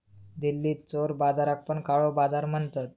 दिल्लीत चोर बाजाराक पण काळो बाजार म्हणतत